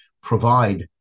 provide